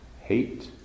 hate